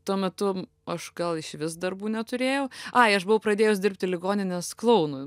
tuo metu aš gal išvis darbų neturėjau ai aš buvau pradėjus dirbti ligoninės klounu